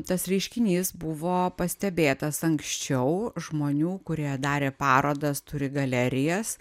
tas reiškinys buvo pastebėtas anksčiau žmonių kurie darė parodas turi galerijas